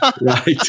Right